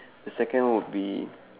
the second one would be